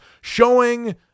showing